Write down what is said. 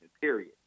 Period